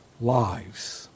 lives